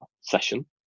session